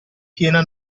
piena